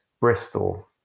Bristol